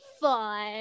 fun